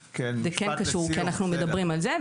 זה כן קשור, כי אנחנו מדברים על זה.